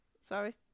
Sorry